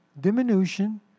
diminution